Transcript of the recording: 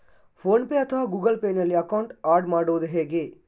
Phone pay ಅಥವಾ Google Pay ನಲ್ಲಿ account add ಮಾಡುವುದು ಹೇಗೆ?